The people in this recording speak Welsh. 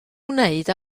wneud